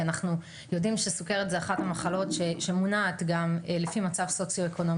כי אנחנו יודעים שסוכרת זו אחת המחלות שמונעת גם לפי מצב סוציואקונומי